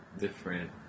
different